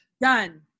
Done